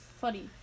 funny